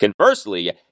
Conversely